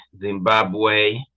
Zimbabwe